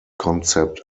concept